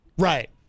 Right